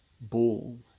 ball